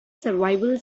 survival